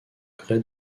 gré